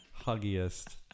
huggiest